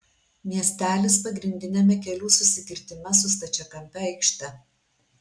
miestelis pagrindiniame kelių susikirtime su stačiakampe aikšte